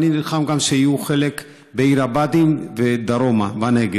ואני נלחם גם שיהיו חלק בעיר הבה"דים ודרומה בנגב.